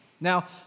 Now